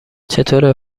چطوره